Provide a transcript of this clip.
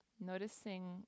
noticing